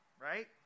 right